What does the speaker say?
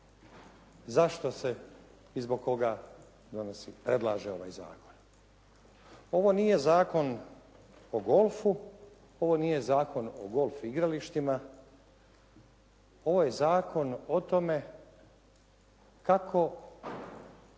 Zašto se i zbog koga predlaže ovaj zakon. Ovo nije zakon o golfu, ovo nije zakon o golf igralištima. Ovo je zakon o tome kako